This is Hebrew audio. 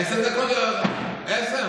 עשר דקות לא עברו, עשר?